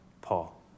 Paul